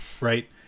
Right